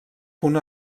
punt